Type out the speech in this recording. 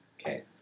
Okay